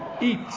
eat